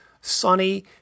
sunny